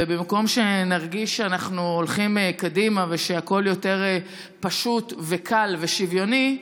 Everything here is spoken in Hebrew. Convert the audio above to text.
ובמקום שנרגיש שאנחנו הולכים קדימה ושהכול יותר פשוט וקל ושוויוני,